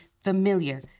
familiar